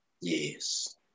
Yes